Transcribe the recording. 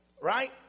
right